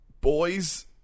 boys